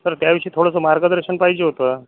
sir त्याविषयी थोडंसं मार्गदर्शन पाहिजे होतं